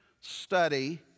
study